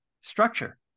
structure